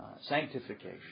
sanctification